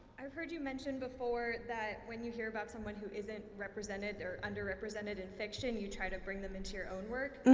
i've heard you mention before that when you hear about some one who isn't represented or underrepresented in fiction you try to bring them into your own work?